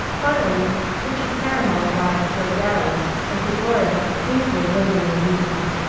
finally richard caramel arrived for a garrulous and to gloria painfully literary week-end,